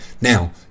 Now